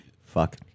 Fuck